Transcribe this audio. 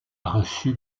reçu